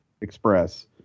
Express